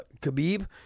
Khabib